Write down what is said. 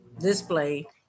display